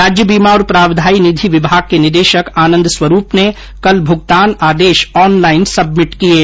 राज्य बीमा और प्रावधायी निधि विभाग के निदेशक आनंद स्वरूप ने कल भुगतान आदेश ऑनलाईन सबमिट किये